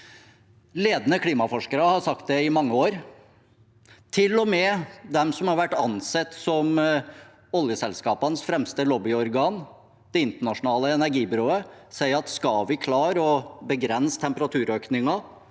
Ledende klimaforskere har sagt det i mange år. Til og med det som har vært ansett som oljeselskapenes fremste lobbyorgan, Det internasjonale energibyrået, sier at skal vi klare å begrense temperaturøkningen